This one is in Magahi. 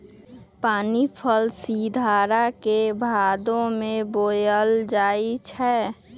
पानीफल सिंघारा के भादो में बोयल जाई छै